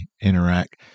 interact